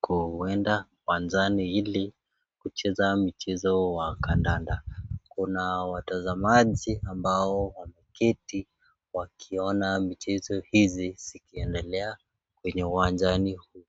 kuenda uwanjani ili kucheza mchezo wa kandanda kuna watazamaji ambao wameketi wakiona mchezo hizi zikiendelea kwenye uwanjani huu.